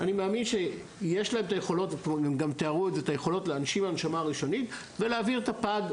אני מאמין שיש להם את היכולות להנשים הנשמה ראשונית ולהעביר את הפג,